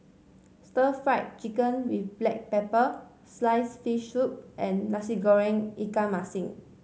Stir Fried Chicken with black pepper sliced fish soup and Nasi Goreng ikan masin